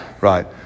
Right